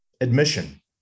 Admission